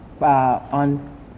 on